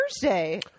Thursday